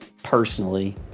personally